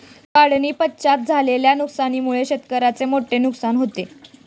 काढणीपश्चात झालेल्या नुकसानीमुळे शेतकऱ्याचे मोठे नुकसान होते